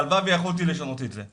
והלוואי ויכולתי לשנות את זה.